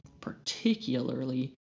particularly